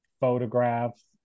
photographs